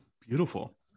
Beautiful